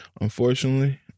unfortunately